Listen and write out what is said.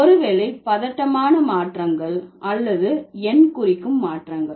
ஒரு வேளை பதட்டமான மாற்றங்கள் அல்லது எண் குறிக்கும் மாற்றங்கள்